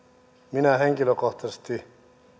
minulle henkilökohtaisesti